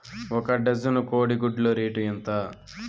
ఒక డజను కోడి గుడ్ల రేటు ఎంత?